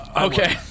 Okay